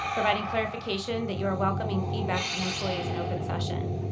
providing clarification that you're welcoming feedback from employees in open session.